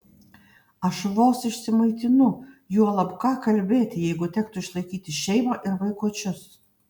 aš vos išsimaitinu juolab ką kalbėti jeigu tektų išlaikyti šeimą ir vaikučius